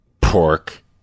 Pork